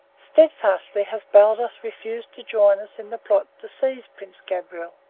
steadfastly has baldos refused to join us in the plot to seize prince gabriel.